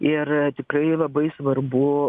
ir tikrai labai svarbu